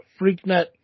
FreakNet